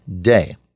day